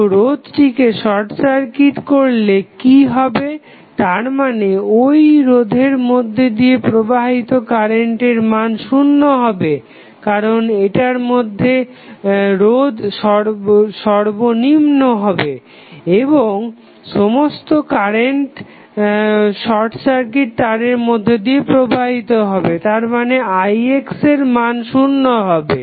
তো রোধকে short circuit করলে কি হবে তারমানে ঐ রোধের মধ্যে দিয়ে প্রবাহিত কারেন্টের মান শুন্য হবে কারণ এটার রোধ সর্বনিম্ন হবে এবং সমস্ত কারেন্ট শর্ট সার্কিট তারের মধ্যে দিয়ে প্রবাহিত হবে তারমানে ix এর মান শুন্য হবে